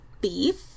beef